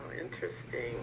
interesting